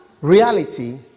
reality